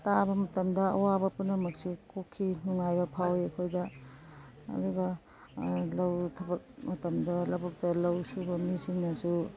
ꯇꯥꯕ ꯃꯇꯝꯗ ꯑꯋꯥꯕ ꯄꯨꯝꯅꯃꯛꯁꯦ ꯀꯣꯛꯈꯤ ꯅꯨꯡꯉꯥꯏꯕ ꯐꯥꯎꯏ ꯑꯩꯈꯣꯏꯗ ꯑꯗꯨꯒ ꯊꯕꯛ ꯃꯇꯝꯗ ꯂꯧꯕꯨꯛꯇ ꯂꯧ ꯁꯨꯕ ꯃꯤꯁꯤꯡꯅꯁꯨ